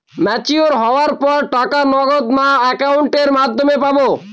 Mature হওয়ার পর টাকা নগদে না অ্যাকাউন্টের মাধ্যমে পাবো?